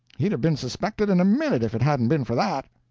he'd have been suspected in a minute if it hadn't been for that.